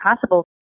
possible